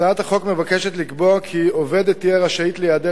הצעת החוק מבקשת לקבוע כי עובדת תהיה רשאית להיעדר